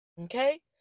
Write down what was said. okay